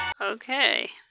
Okay